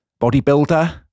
bodybuilder